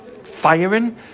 Firing